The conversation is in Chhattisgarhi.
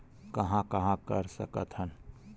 कहां कहां कर सकथन?